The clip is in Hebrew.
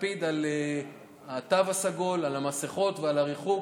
להקפיד על התו הסגול, על המסכות ועל הריחוק